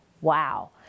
Wow